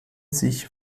sich